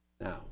Now